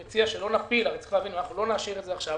אני מציע שלא נפיל אנחנו לא נאשר את זה עכשיו.